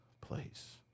place